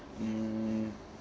mm